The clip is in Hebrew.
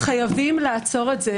חייבים לעצור את זה.